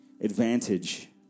advantage